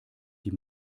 die